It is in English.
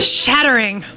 shattering